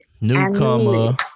Newcomer